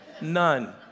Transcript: none